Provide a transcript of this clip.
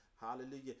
hallelujah